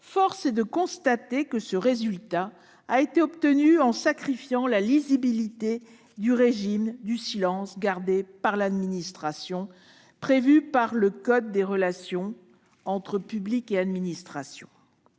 force est de constater que ce résultat a été obtenu en sacrifiant la lisibilité du régime du silence de l'administration prévu par le code des relations entre le public et l'administration.